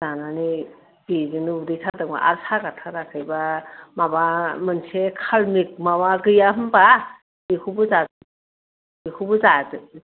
जानानै बेजोंनो उदै सादोंबा आरो सागाथाराखैबा माबा मोनसे काइमेट माबा गैया होनबा बेखौबो जादो बेखौबो जादो